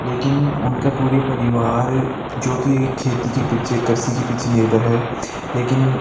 लेकिन उनके पूरे परिवार जोकि एक खेती के पीछे कृषि के पीछे निर्भर है लेकिन